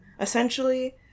Essentially